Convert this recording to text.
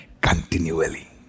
continually